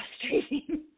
frustrating